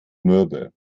mürbe